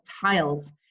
tiles